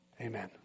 Amen